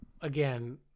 again